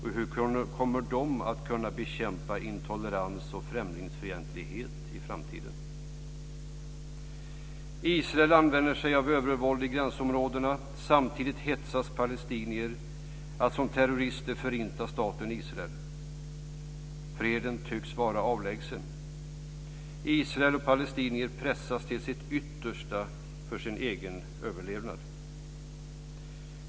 Hur kommer de att kunna bekämpa intolerans och främlingsfientlighet i framtiden? Israel använder sig av övervåld i gränsområdena. Samtidigt hetsas palestinier att som terrorister förinta staten Israel. Freden tycks vara avlägsen. Israeler och palestinier pressas till sitt yttersta för sin egen överlevnad.